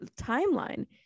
timeline